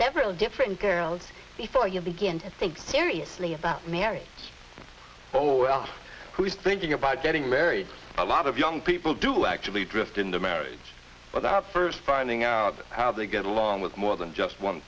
several different girls before you begin to think seriously about marriage oh well who is thinking about getting married a lot of young people do actually drift in the marriage without first finding out how they get along with more than just one